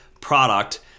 product